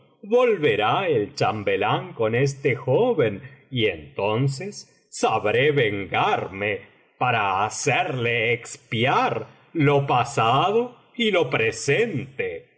volverá el chambelán con este joven y entonces sabré vengarme para hacerle expiar lo pasado y lo presente